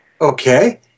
Okay